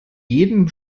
jedem